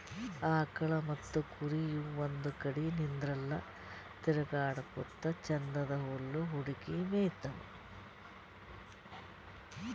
ಆಕಳ್ ಮತ್ತ್ ಕುರಿ ಇವ್ ಒಂದ್ ಕಡಿ ನಿಂದ್ರಲ್ಲಾ ತಿರ್ಗಾಡಕೋತ್ ಛಂದನ್ದ್ ಹುಲ್ಲ್ ಹುಡುಕಿ ಮೇಯ್ತಾವ್